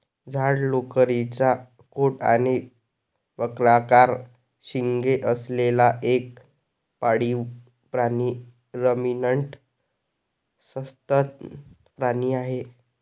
जाड लोकरीचा कोट आणि वक्राकार शिंगे असलेला एक पाळीव प्राणी रमिनंट सस्तन प्राणी आहे